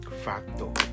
facto